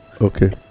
Okay